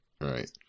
right